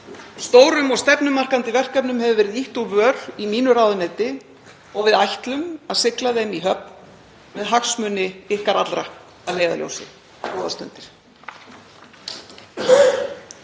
Stórum og stefnumarkandi verkefnum hefur verið ýtt úr vör í mínu ráðuneyti og við ætlum að sigla þeim í höfn með hagsmuni ykkar allra að leiðarljósi.